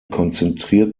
konzentriert